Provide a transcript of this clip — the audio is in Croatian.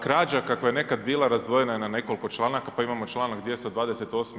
Krađa kako je nekada bila razdvojena na nekoliko članaka, pa imamo Članka 228.